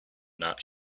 not